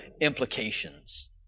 implications